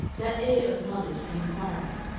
that air of knowledge and inquiry,